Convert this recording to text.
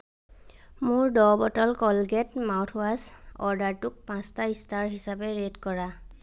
মোৰ দহ bottle Colgate mouthwash অৰ্ডাৰটোক পাঁচটা ষ্টাৰ হিচাপে ৰেট কৰা